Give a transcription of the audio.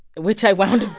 which i wound